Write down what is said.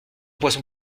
poisson